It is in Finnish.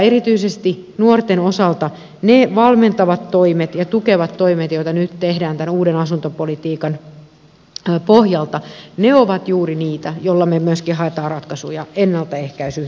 erityisesti nuorten osalta ne valmentavat toimet ja tukevat toimet joita nyt tehdään tämän uuden asuntopolitiikan pohjalta ovat juuri niitä joilla me myöskin haemme ratkaisuja ennaltaehkäisyyn totta kai sekin